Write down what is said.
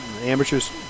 Amateurs